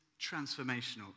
transformational